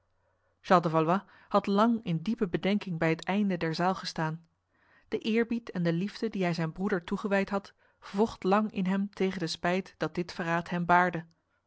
de valois had lang in diepe bedenking bij het einde der zaal gestaan de eerbied en de liefde die hij zijn broeder toegewijd had vocht lang in hem tegen de spijt dat dit verraad hem baarde